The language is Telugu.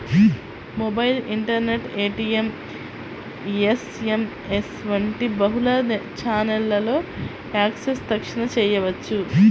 మొబైల్, ఇంటర్నెట్, ఏ.టీ.ఎం, యస్.ఎమ్.యస్ వంటి బహుళ ఛానెల్లలో యాక్సెస్ తక్షణ చేయవచ్చు